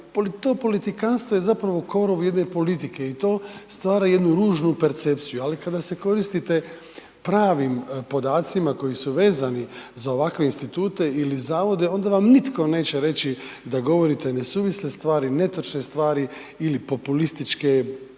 to politikantstvo je zapravo korov jedne politike, i to stvara jednu ružnu percepciju, ali kada se koristite pravim podacima koji su vezani za ovakve Institute ili Zavode onda vam nitko neće reći da govorite nesuvisle stvari, netočne stvari ili populističke,